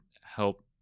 help